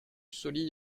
sauli